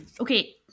Okay